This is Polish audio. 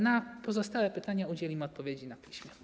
Na pozostałe pytania udzielimy odpowiedzi na piśmie.